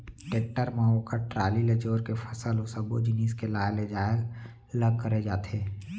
tractor म ओकर trolley ल जोर के फसल अउ सब्बो जिनिस के लाय लेजाय ल करे जाथे